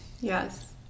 Yes